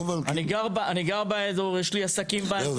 אני מייצג את בעלי העסקים באזור של יהודה הלוי,